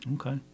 Okay